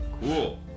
Cool